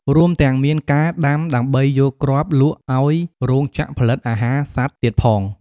រួមទាំងមានការដាំដើម្បីយកគ្រាប់លក់ឱ្យ រោងចក្រផលិតអាហារ សត្វទៀតផង។